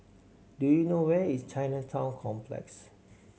do you know where is Chinatown Complex